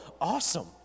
awesome